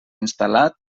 instal·lat